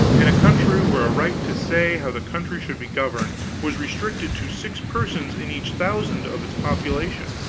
in a country where a right to say how the country should be governed was restricted to six persons in each thousand of its population.